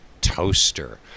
toaster